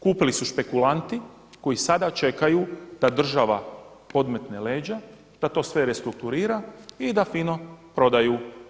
Kupili su špekulanti koji sada čekaju da država podmetne leđa, da to sve restrukturira i da fino prodaju.